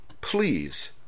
please